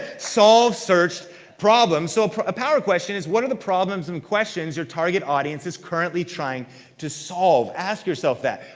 solve searched problems. so a power question is what are the problems and questions your target audience is currently trying to solve. ask yourself that.